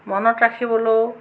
মনত ৰাখিবলও